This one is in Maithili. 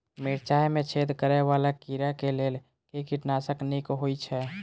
मिर्चाय मे छेद करै वला कीड़ा कऽ लेल केँ कीटनाशक नीक होइ छै?